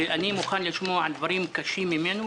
ואני מוכן לשמוע דברים קשים ממנו,